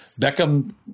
Beckham